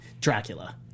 Dracula